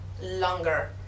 longer